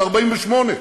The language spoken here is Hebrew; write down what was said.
בעלי בתי-המלון בצ'כיה,